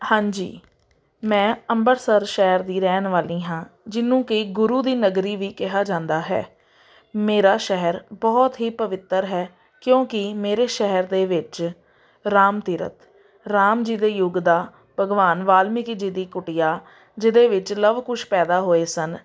ਹਾਂਜੀ ਮੈਂ ਅੰਮ੍ਰਿਤਸਰ ਸ਼ਹਿਰ ਦੀ ਰਹਿਣ ਵਾਲੀ ਹਾਂ ਜਿਹਨੂੰ ਕਿ ਗੁਰੂ ਦੀ ਨਗਰੀ ਵੀ ਕਿਹਾ ਜਾਂਦਾ ਹੈ ਮੇਰਾ ਸ਼ਹਿਰ ਬਹੁਤ ਹੀ ਪਵਿੱਤਰ ਹੈ ਕਿਉਂਕਿ ਮੇਰੇ ਸ਼ਹਿਰ ਦੇ ਵਿੱਚ ਰਾਮ ਤੀਰਥ ਰਾਮ ਜੀ ਦੇ ਯੁੱਗ ਦਾ ਭਗਵਾਨ ਵਾਲਮੀਕੀ ਜੀ ਦੀ ਕੁਟੀਆ ਜਿਹਦੇ ਵਿੱਚ ਲਵ ਕੁਸ਼ ਪੈਦਾ ਹੋਏ ਸਨ